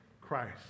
Christ